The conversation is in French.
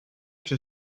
que